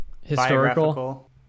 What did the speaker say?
historical